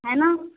है ना